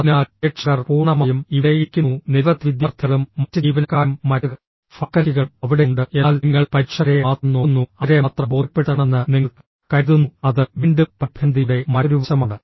അതിനാൽ പ്രേക്ഷകർ പൂർണ്ണമായും ഇവിടെ ഇരിക്കുന്നു നിരവധി വിദ്യാർത്ഥികളും മറ്റ് ജീവനക്കാരും മറ്റ് ഫാക്കൽറ്റികളും അവിടെയുണ്ട് എന്നാൽ നിങ്ങൾ പരീക്ഷകരെ മാത്രം നോക്കുന്നു അവരെ മാത്രം ബോധ്യപ്പെടുത്തണമെന്ന് നിങ്ങൾ കരുതുന്നു അത് വീണ്ടും പരിഭ്രാന്തിയുടെ മറ്റൊരു വശമാണ്